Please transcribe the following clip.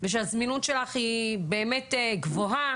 שהזמינות שלך היא באמת גבוהה